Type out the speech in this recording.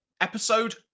episode